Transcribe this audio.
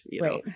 Right